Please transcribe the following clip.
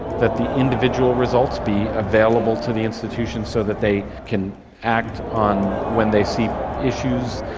that the individual results be available to the institutions so that they can act on when they see issues.